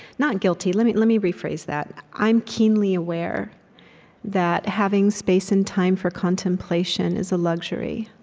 not guilty let me let me rephrase that. i'm keenly aware that having space and time for contemplation is a luxury.